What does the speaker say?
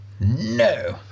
no